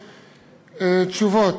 תשובות,